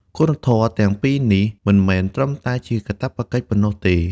គុណធម៌ទាំងពីរនេះ មិនមែនត្រឹមតែជាកាតព្វកិច្ចប៉ុណ្ណោះទេ។